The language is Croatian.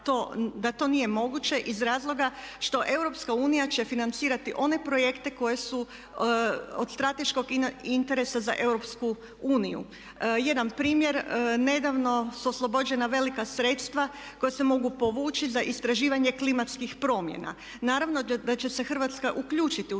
da to nije moguće iz razloga što Europska unija će financirati one projekte koje su od strateškog interesa za EU. Jedan primjer. Nedavno su oslobođena velika sredstva koja se mogu povući za istraživanje klimatskih promjena. Naravno da će se Hrvatska uključiti